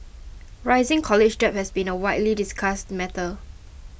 rising college debt has been a widely discussed matter